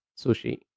sushi